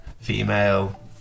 female